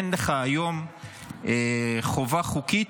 אין לך היום חובה חוקית,